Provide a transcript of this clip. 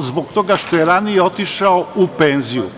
zbog toga što je ranije otišao u penziju.